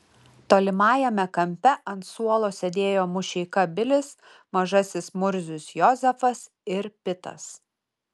tolimajame kampe ant suolo sėdėjo mušeika bilis mažasis murzius jozefas ir pitas